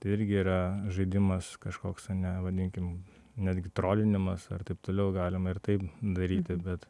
tai irgi yra žaidimas kažkoks ane vadinkim netgi trolinimas ar taip toliau galima ir taip daryti bet